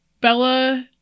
Bella